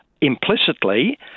implicitly